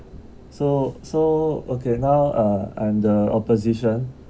so so okay now uh I'm the opposition